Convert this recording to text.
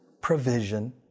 provision